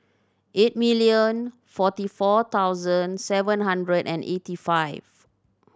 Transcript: eight million forty four thousand seven hundred and eighty five